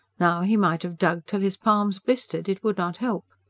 now, he might have dug till his palms blistered, it would not help.